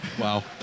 Wow